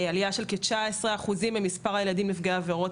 עלייה של כ-19% במספר הילדים נפגעי עבירות